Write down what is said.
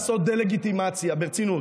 תפסיקו לעשות דה-לגיטימציה, ברצינות.